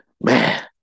Man